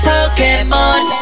Pokémon